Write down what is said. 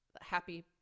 happy